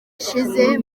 ishize